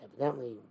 evidently